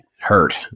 Hurt